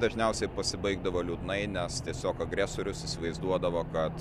dažniausiai pasibaigdavo liūdnai nes tiesiog agresorius įsivaizduodavo kad